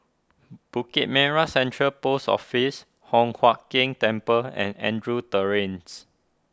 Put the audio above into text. Bukit Merah Central Post Office Hock Huat Keng Temple and Andrews Terrace